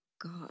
God